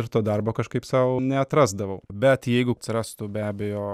ir to darbo kažkaip sau neatrasdavau bet jeigu atsirastų be abejo